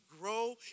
grow